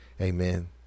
Amen